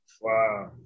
Wow